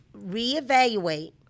reevaluate